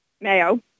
Mayo